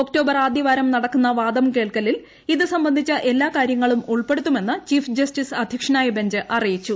October ആദ്യവാരം നടക്കുന്ന വാദം കേൾക്കലിൽ ഇത് സംബന്ധിച്ച എല്ലാ കാര്യങ്ങളും ഉൾപ്പെടുത്തുമെന്ന് ചീഫ് ജസ്റ്റിസ് അധ്യക്ഷനായി ബെഞ്ച് അറിയിച്ചു